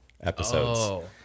episodes